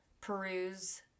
peruse